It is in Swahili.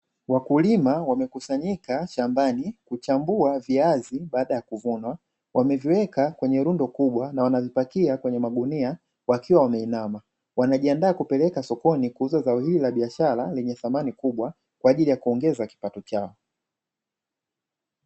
Wakulima wamekusanyika shambani kuchambua viazi baada ya kuvunwa, wameviweka kwenye lundo kubwa na wanavipakia kwenye magunia wakiwa wameinama, wanajiandaa kupeleka sokoni kuuza zao hilo la biashara lenye thamani kubwa kwajili ya kuongeza kipato chao.